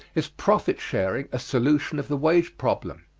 is profit-sharing a solution of the wage problem?